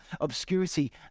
obscurity